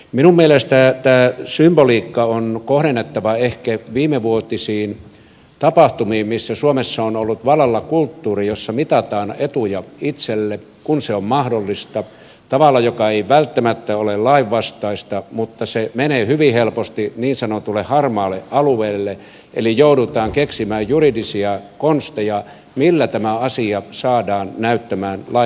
minun mielestäni tämä symboliikka on kohdennettava ehkä viimevuotisiin tapahtumiin joissa suomessa on ollut vallalla kulttuuri jossa mitataan etuja itselle kun se on mahdollista tavalla joka ei välttämättä ole lainvastaista mutta joka menee hyvin helposti niin sanotulle harmaalle alueelle eli joudutaan keksimään juridisia konsteja joilla tämä asia saadaan näyttämään lain mukaiselta